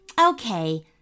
Okay